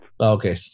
okay